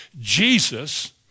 Jesus